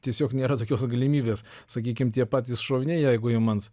tiesiog nėra tokios galimybės sakykim tie patys šoviniai jeigu imant